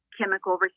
chemical